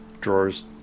drawers